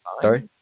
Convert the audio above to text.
sorry